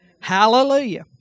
Hallelujah